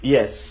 Yes